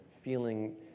feeling